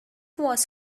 was